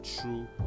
true